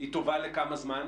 שהיא טובה לכמה זמן,